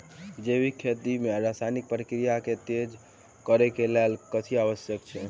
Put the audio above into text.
जैविक खेती मे रासायनिक प्रक्रिया केँ तेज करै केँ कऽ लेल कथी आवश्यक छै?